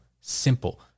simple